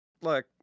look